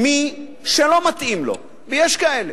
מי שלא מתאים לו, ויש כאלה,